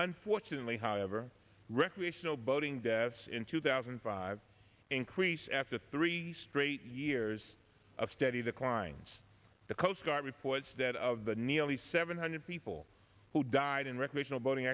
unfortunately however recreational boating deaths in two thousand and five increase after three straight years of steady declines the coastguard reports that of the nearly seven hundred people who died in recreational boating